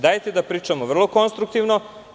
Dajte da pričamo vrlo konstruktivno.